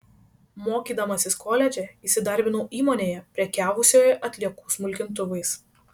mokydamasis koledže įsidarbinau įmonėje prekiavusioje atliekų smulkintuvais